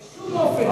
בשום אופן לא.